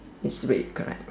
is red correct